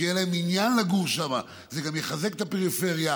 שיהיה להם עניין לגור שם זה גם יחזק את הפריפריה,